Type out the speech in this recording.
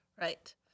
Right